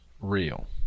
real